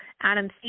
Adam